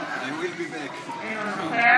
שלוש פעמים.